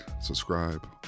subscribe